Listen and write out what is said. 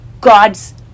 God's